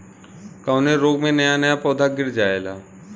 कवने रोग में नया नया पौधा गिर जयेला?